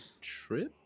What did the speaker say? trip